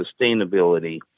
sustainability